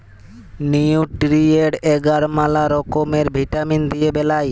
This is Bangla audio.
নিউট্রিয়েন্ট এগার ম্যালা রকমের ভিটামিল দিয়ে বেলায়